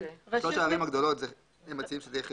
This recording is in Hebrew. שלוש הערים הגדולות, הם מציעים שזה יהיה חיפה,